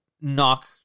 knock